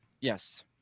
Yes